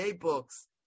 books